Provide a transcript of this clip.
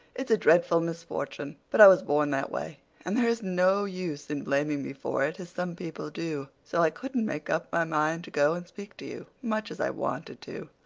it's a dreadful misfortune, but i was born that way, and there is no use in blaming me for it, as some people do. so i couldn't make up my mind to go and speak to you, much as i wanted to.